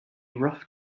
rough